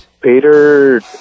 Peter